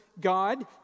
God